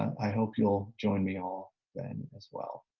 i hope you'll join me all then as well.